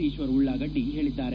ಈಶ್ವರ ಉಳ್ಳಾಗಡ್ಡಿ ಹೇಳದ್ದಾರೆ